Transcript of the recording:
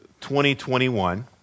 2021